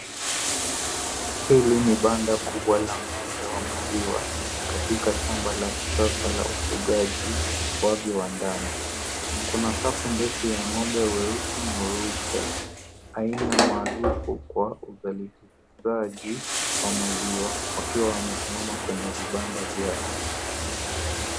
Hili ni banda kubwa la ng'ombe wa maziwa katika shamba la kisasa la ufugaji wazi wa ndani. Kuna safu ndefu ya ng'ombe weusi na weupe, aina maarufu kwa uzalishaji wa maziwa wakiwa wamesimama kwenye vibanda vyao.